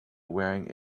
wearing